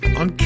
on